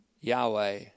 Yahweh